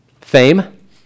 Fame